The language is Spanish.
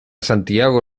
santiago